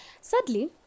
Sadly